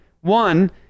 One